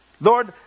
Lord